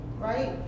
Right